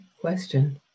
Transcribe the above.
question